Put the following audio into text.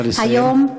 נא לסיים.